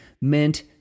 meant